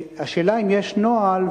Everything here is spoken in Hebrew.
השאלה אם יש נוהל,